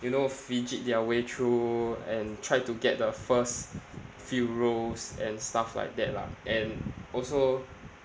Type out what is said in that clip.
you know fidget their way through and tried to get the first few rows and stuff like that lah and also